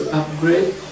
upgrade